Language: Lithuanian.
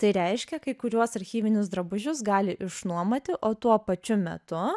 tai reiškia kai kuriuos archyvinius drabužius gali išnuomoti o tuo pačiu metu